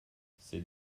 ses